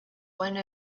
one